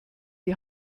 die